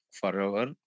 forever